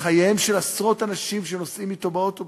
לחייהם של עשרות אנשים שנוסעים אתו באוטובוס,